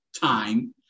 time